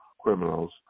criminals